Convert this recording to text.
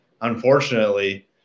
unfortunately